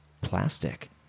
plastic